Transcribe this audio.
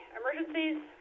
emergencies